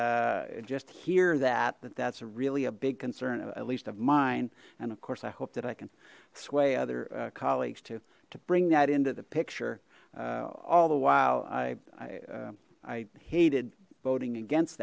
and just hear that that that's a really a big concern of at least of mine and of course i hope that i can sway other colleagues to to bring that into the picture all the while i i hated voting against